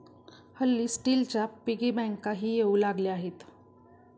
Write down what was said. हल्ली स्टीलच्या पिगी बँकाही येऊ लागल्या आहेत